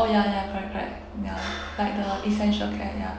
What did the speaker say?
oh ya ya correct correct ya like the essential care ya